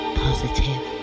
positive